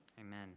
Amen